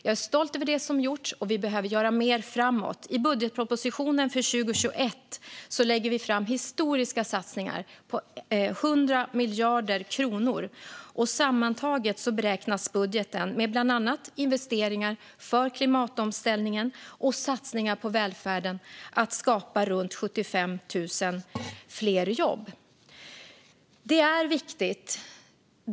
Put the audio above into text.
Jag är stolt över det som har gjorts, och vi behöver göra mer framåt. I budgetpropositionen för 2021 lägger vi fram historiska satsningar på 100 miljarder kronor. Sammantaget beräknas budgeten, med bland annat investeringar för klimatomställningen och satsningar på välfärden, skapa runt 75 000 fler jobb.